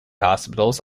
hospitals